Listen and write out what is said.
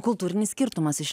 kultūrinis skirtumas iš